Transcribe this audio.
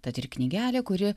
tad ir knygelė kuri